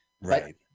Right